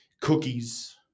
cookies